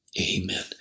amen